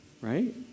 Right